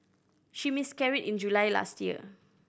she miscarried in July last year